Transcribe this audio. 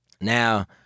Now